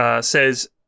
Says